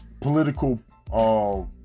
political